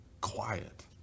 quiet